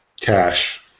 cash